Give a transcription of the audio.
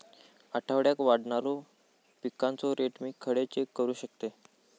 आठवड्याक वाढणारो पिकांचो रेट मी खडे चेक करू शकतय?